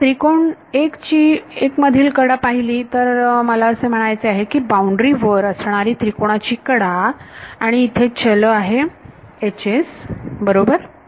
ह्यात त्रिकोण 1 मधील कडा पाहिली तर मला असे म्हणायचे आहे की बाउंड्री वर असणारी त्रिकोणाची कडा आणि इथे चल आहे बरोबर